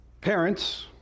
parents